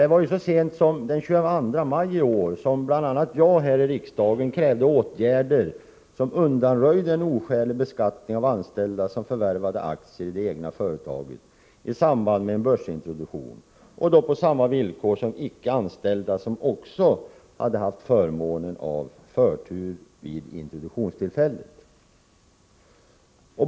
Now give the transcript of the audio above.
Det var så sent som den 22 maj i år som bl.a. jag här i riksdagen krävde åtgärder som skulle undanröja en oskälig beskattning av anställda som förvärvar aktier i det egna företaget i samband med börsintroduktion, på samma villkor som sådana icke-anställda som också har förmånen av förtur vid introduktionstillfället.